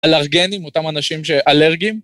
אלרגנים, אותם אנשים שאלרגיים.